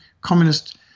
communist